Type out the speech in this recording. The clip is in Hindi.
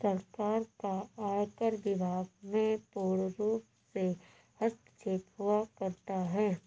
सरकार का आयकर विभाग में पूर्णरूप से हस्तक्षेप हुआ करता है